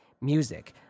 music